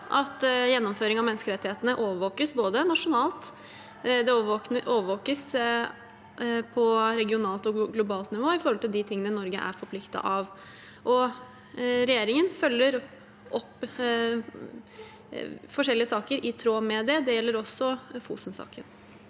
at gjennomføringen av menneskerettighetene overvåkes både nasjonalt og på regionalt og globalt nivå når det gjelder de tingene Norge er forpliktet av. Regjeringen følger opp forskjellige saker i tråd med det, og det gjelder også Fosen-saken.